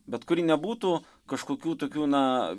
bet kuri nebūtų kažkokių tokių na